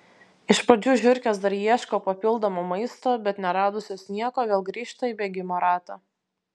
iš pradžių žiurkės dar ieško papildomo maisto bet neradusios nieko vėl grįžta į bėgimo ratą